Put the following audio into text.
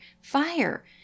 Fire